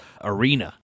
arena